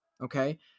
Okay